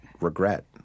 regret